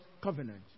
covenant